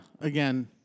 again